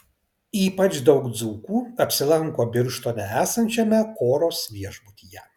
ypač daug dzūkų apsilanko birštone esančiame koros viešbutyje